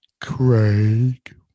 Craig